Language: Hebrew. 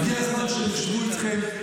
אז הגיע הזמן שישבו איתכם.